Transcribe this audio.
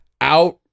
out